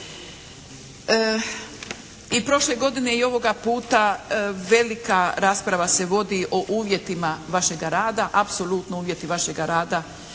I prošle godine i ovoga puta velika rasprava se vodi o uvjetima vašega rada. Apsolutno uvjeti vašega rada